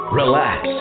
relax